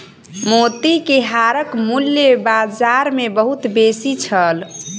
मोती के हारक मूल्य बाजार मे बहुत बेसी छल